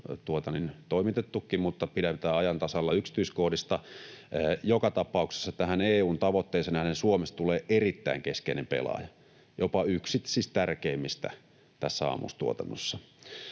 toimitettukin, mutta pidetään ajan tasalla yksityiskohdista. Joka tapauksessa tähän EU:n tavoitteeseen nähden Suomesta tulee erittäin keskeinen pelaaja, jopa yksi tärkeimmistä tässä ammustuotannossa.